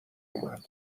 اومد